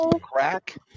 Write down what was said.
crack